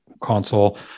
console